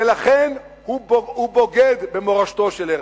ולכן הוא בוגד במורשתו של הרצל.